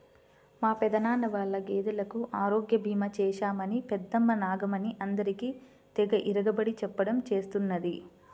మా పెదనాన్న వాళ్ళ గేదెలకు ఆరోగ్య భీమా చేశామని పెద్దమ్మ నాగమణి అందరికీ తెగ ఇరగబడి చెప్పడం చేస్తున్నది